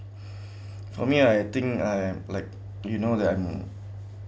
for me I think I'm like you know that I'm